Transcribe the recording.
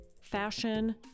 fashion